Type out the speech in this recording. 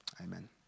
Amen